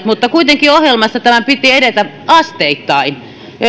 mutta kuitenkin ohjelmassa tämän piti edetä asteittain